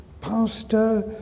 Pastor